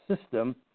system